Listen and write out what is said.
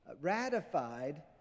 ratified